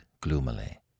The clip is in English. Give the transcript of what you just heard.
gloomily